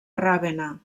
ravenna